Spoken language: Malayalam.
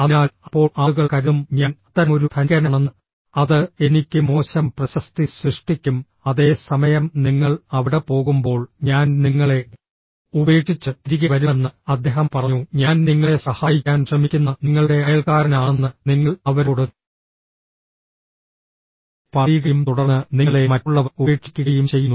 അതിനാൽ അപ്പോൾ ആളുകൾ കരുതും ഞാൻ അത്തരമൊരു ധനികനാണെന്ന് അത് എനിക്ക് മോശം പ്രശസ്തി സൃഷ്ടിക്കും അതേ സമയം നിങ്ങൾ അവിടെ പോകുമ്പോൾ ഞാൻ നിങ്ങളെ ഉപേക്ഷിച്ച് തിരികെ വരുമെന്ന് അദ്ദേഹം പറഞ്ഞു ഞാൻ നിങ്ങളെ സഹായിക്കാൻ ശ്രമിക്കുന്ന നിങ്ങളുടെ അയൽക്കാരനാണെന്ന് നിങ്ങൾ അവരോട് പറയുകയും തുടർന്ന് നിങ്ങളെ മറ്റുള്ളവർ ഉപേക്ഷിക്കുകയും ചെയ്യുന്നു